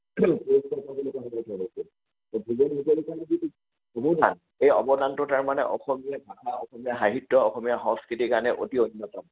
সেই অৱদানটো তাৰমানে অসমীয়া ভাষা অসমীয়া সাহিত্য অসমীয়া সংস্কৃতিৰ কাৰণে অতি অন্যতম